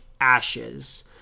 ashes